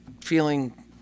feeling